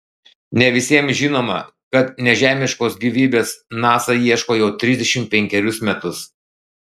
ne visiems žinoma kad nežemiškos gyvybės nasa ieško jau trisdešimt penkerius metus